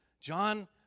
John